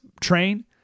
train